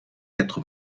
quatre